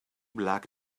black